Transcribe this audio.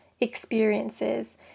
experiences